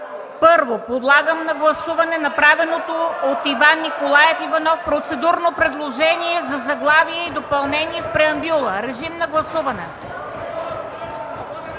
Първо подлагам на гласуване направеното от Иван Николаев Иванов процедурно предложение за заглавие и допълнение в преамбюла. (Силен шум